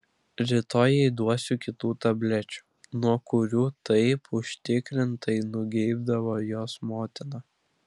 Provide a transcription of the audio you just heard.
rytoj jai duosiu kitų tablečių nuo kurių taip užtikrintai nugeibdavo jos motina